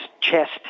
chest